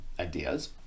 ideas